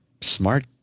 Smart